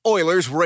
Oilers